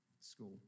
school